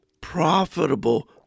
profitable